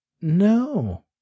no